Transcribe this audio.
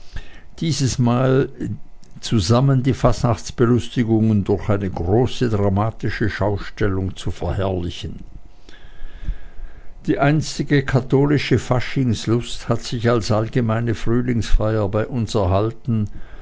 dieses mal zusammen die fastnachtsbelustigungen durch eine großartige dramatische schaustellung zu verherrlichen die einstige katholische faschingslust hat sich als allgemeine frühlingsfeier bei uns erhalten